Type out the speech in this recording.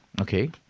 Okay